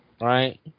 Right